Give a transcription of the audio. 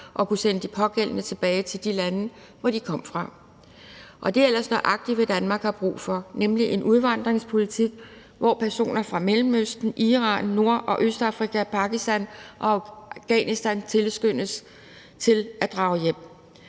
og kunne sende de pågældende tilbage til de lande, hvor de kom fra. Og det er ellers nøjagtig, hvad Danmark har brug for, nemlig en udvandringspolitik, hvor personer fra Mellemøsten, Iran, Nord- og Østafrika, Pakistan og Afghanistan tilskyndes til at drage hjem.